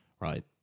right